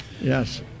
Yes